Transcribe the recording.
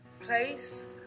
place